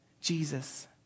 Jesus